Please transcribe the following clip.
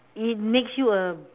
it makes you a